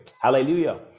Hallelujah